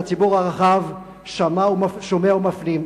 והציבור הרחב שומע ומפנים,